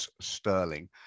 sterling